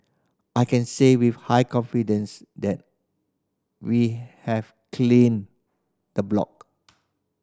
I can say with high confidence that we have cleaned the block